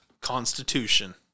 Constitution